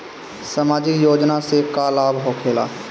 समाजिक योजना से का लाभ होखेला?